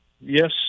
Yes